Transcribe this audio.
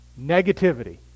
Negativity